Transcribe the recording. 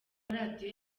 radio